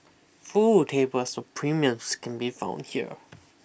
full tables of premiums can be found here